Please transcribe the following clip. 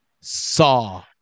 saw